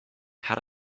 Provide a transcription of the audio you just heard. had